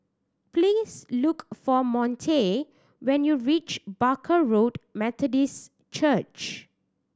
please look for Monte when you reach Barker Road Methodist Church